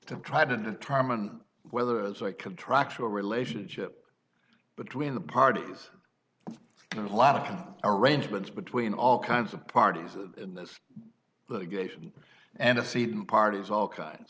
to try to determine whether as a contractual relationship between the parties and lot of arrangements between all kinds of parties in this litigation and i've seen parties all kinds